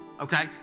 Okay